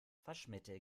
waschmittel